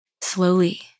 Slowly